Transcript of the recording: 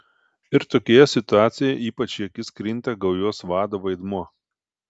ir tokioje situacijoje ypač į akis krinta gaujos vado vaidmuo